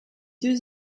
deux